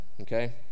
okay